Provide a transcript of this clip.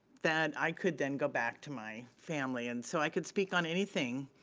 that i could then go back to my family and so i could speak on anything,